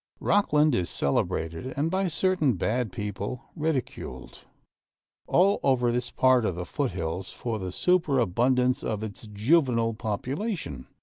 rocklin is celebrated and by certain bad people, ridiculed all over this part of the foot-hills for the superabundance of its juvenile population.